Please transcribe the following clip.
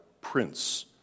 Prince